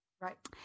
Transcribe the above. Right